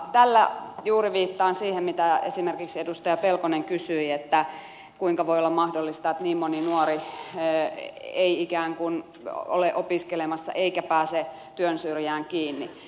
tällä juuri viittaan siihen mitä esimerkiksi edustaja pelkonen kysyi että kuinka voi olla mahdollista että niin moni nuori ei ikään kuin ole opiskelemassa eikä pääse työn syrjään kiinni